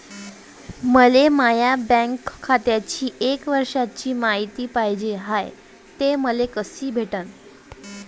मले माया बँक खात्याची एक वर्षाची मायती पाहिजे हाय, ते मले कसी भेटनं?